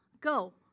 Go